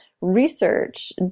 research